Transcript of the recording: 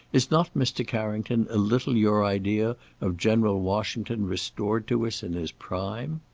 is not mr. carrington a little your idea of general washington restored to us in his prime?